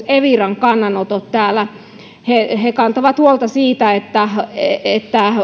eviran kannanotot he he kantavat huolta siitä että että